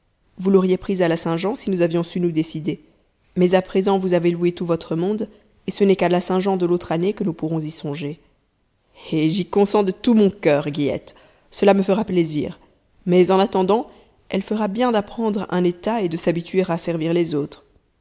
vous l'auriez prise à la saint-jean si nous avions su nous décider mais à présent vous avez loué tout votre monde et ce n'est qu'à la saint-jean de l'autre année que nous pourrons y songer eh j'y consens de tout mon cur guillette cela me fera plaisir mais en attendant elle fera bien d'apprendre un état et de s'habituer à servir les autres